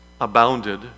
abounded